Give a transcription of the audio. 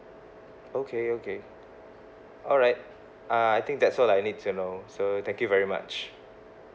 okay okay alright uh I think that's all I need to know so thank you very much